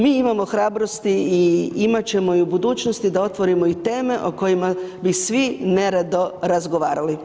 Mi imamo hrabrosti i imat ćemo i u budućnosti da otvorimo i teme o kojima bi svi nerado razgovarali.